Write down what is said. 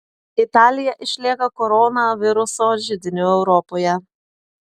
italija išlieka koronaviruso židiniu europoje